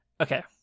Okay